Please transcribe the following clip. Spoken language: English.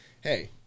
hey